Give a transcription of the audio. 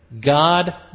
God